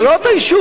זה לא אותו יישוב.